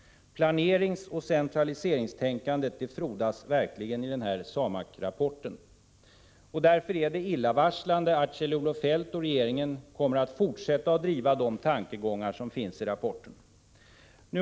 Planeringsoch centraliseringstänkandet frodas verkligen i SAMAK rapporten. Därför är det illavarslande att Kjell-Olof Feldt och regeringen kommer att fortsätta att driva de tankegångar som finns i rapporten.